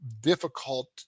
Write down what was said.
difficult